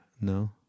No